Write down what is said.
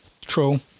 True